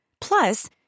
Plus